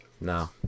No